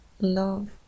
love